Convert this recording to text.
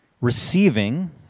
receiving